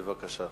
בבקשה.